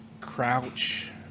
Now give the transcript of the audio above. Crouch